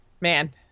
man